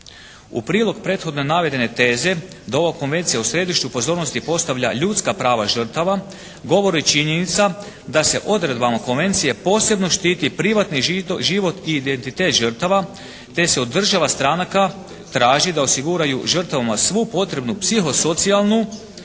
U prilog prethodno navedene teze do ovog Konvencija u središtu pozornosti postavlja ljudska prava žrtava, govori činjenica da se odredbama Konvencije posebno štiti privatni život i identitet žrtava te se od država stranaka traži da osiguraju žrtvama svu potrebnu psihosocijalnu